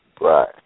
Right